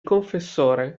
confessore